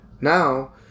now